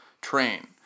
train